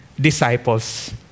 disciples